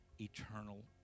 eternal